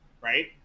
right